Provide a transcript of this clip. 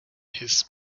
his